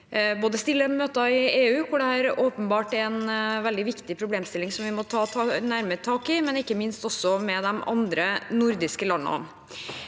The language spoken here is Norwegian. stiller i møtene i EU, hvor dette åpenbart er en veldig viktig problemstilling som vi må ta nærmere tak i, og ikke minst med de andre nordiske landene.